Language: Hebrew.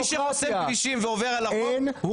מי שחוסם כבישים ועובר על החוק,